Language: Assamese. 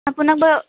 আপোনাৰ বা